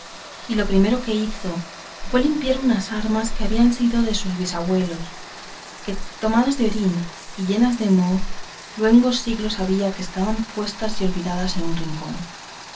y lo primero que hizo fue limpiar unas armas que habían sido de sus bisabuelos que tomadas de orín y llenas de moho luengos siglos había que estaban puestas y olvidadas en un rincón